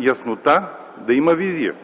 яснота, да има визия.